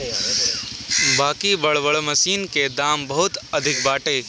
बाकि बड़ बड़ मशीन के दाम बहुते अधिका बाटे